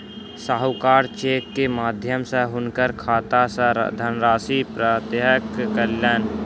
साहूकार चेक के माध्यम सॅ हुनकर खाता सॅ धनराशि प्रत्याहृत कयलक